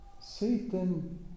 Satan